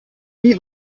wie